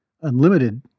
unlimited